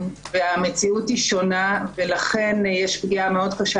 המציאות היא שונה ולכן יש פגיעה מאוד קשה